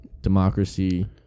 democracy